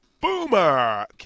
Boomer